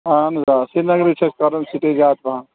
اَہن حظ آ سرینگرٕے چھِ اَسہِ کَرُن سِٹے زیادٕ پَہَم